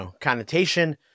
connotation